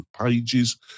pages